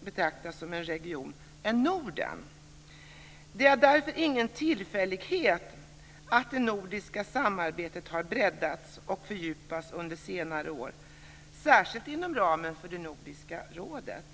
betraktas som en region än Norden? Det är därför ingen tillfällighet att det nordiska samarbetet har breddats och fördjupats under senare år, särskilt inom ramen för Nordiska rådet.